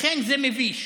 לכן זה מביש.